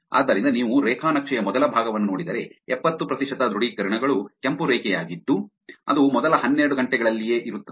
ಆದ್ದರಿಂದ ನೀವು ರೇಖಾ ನಕ್ಷೆಯ ಮೊದಲ ಭಾಗವನ್ನು ನೋಡಿದರೆ ಎಪ್ಪತ್ತು ಪ್ರತಿಶತ ದೃಢೀಕರಣಗಳು ಕೆಂಪು ರೇಖೆಯಾಗಿದ್ದು ಅದು ಮೊದಲ ಹನ್ನೆರಡು ಗಂಟೆಗಳಲ್ಲಿಯೇ ಇರುತ್ತದೆ